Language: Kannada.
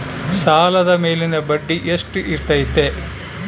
ಸಾಲದ ಮೇಲಿನ ಬಡ್ಡಿ ಎಷ್ಟು ಇರ್ತೈತೆ?